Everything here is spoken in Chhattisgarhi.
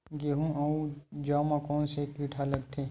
गेहूं अउ जौ मा कोन से कीट हा लगथे?